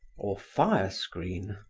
or firescreen.